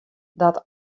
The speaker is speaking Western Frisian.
dat